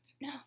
No